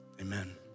amen